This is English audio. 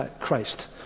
Christ